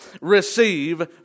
receive